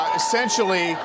essentially